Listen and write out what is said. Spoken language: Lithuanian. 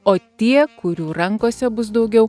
o tie kurių rankose bus daugiau